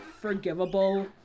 forgivable